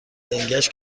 لنگش